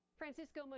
Francisco